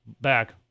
back